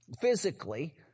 Physically